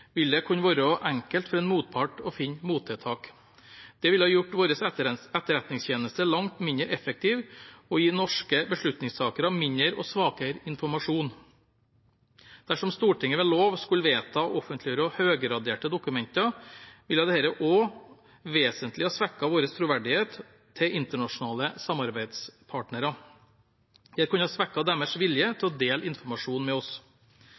vil det kunne være enkelt for en motpart å finne mottiltak. Det ville gjort vår etterretningstjeneste langt mindre effektiv og gi norske beslutningstakere mindre og svakere informasjon. Dersom Stortinget ved lov skulle vedta å offentliggjøre høygraderte dokumenter, ville dette også vesentlig ha svekket vår troverdighet til internasjonale samarbeidspartnere. Det kunne svekket deres vilje til å dele informasjon med oss.